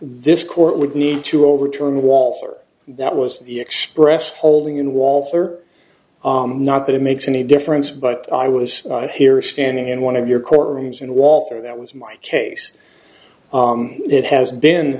this court would need to overturn walther that was the express holding in walther not that it makes any difference but i was here standing in one of your courtrooms and walther that was my case it has been